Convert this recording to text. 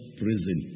prison